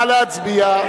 נא להצביע.